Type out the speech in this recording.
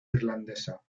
irlandesa